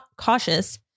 cautious